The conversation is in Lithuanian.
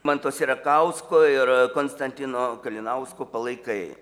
manto sierakausko ir konstantino kalinausko palaikai